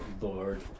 Lord